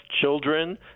children